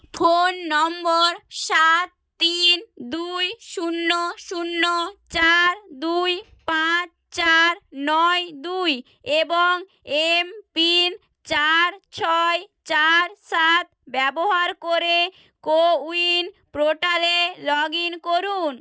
phone number সাত তিন দুই শূন্য শূন্য চার দুই পাঁচ চার নয় দুই এবং এম পিন চার ছয় চার সাত ব্যবহার করে কোউইন পোর্টালে লগ ইন করুন